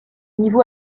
niveau